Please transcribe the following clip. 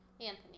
Anthony